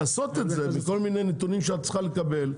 פה את צריכה לעשות את זה מכל מיני נתונים שאת צריכה לקבל.